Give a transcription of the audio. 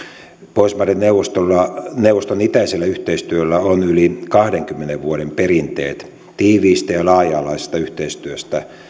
pohjoismaiden neuvoston itäisellä yhteistyöllä on yli kahdenkymmenen vuoden perinteet tiiviistä ja laaja alaisesta yhteistyöstä